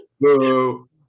Boo